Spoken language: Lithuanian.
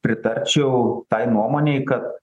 pritarčiau tai nuomonei kad